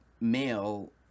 male